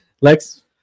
Lex